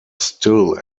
still